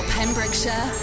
Pembrokeshire